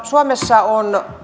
suomessa on